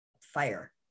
fire